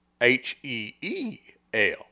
H-E-E-L